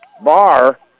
bar